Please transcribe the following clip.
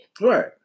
right